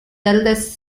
eldest